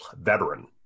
veteran